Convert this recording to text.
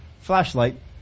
flashlight